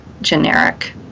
generic